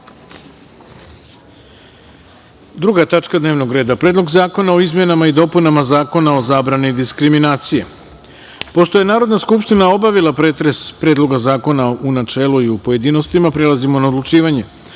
tačka dnevnog reda – Predlog zakona o izmenama i dopunama Zakona o zabrani diskriminacije. Pošto je Narodna skupština obavila pretres Predloga zakona u načelu i u pojedinostima, prelazimo na odlučivanje. Stavljam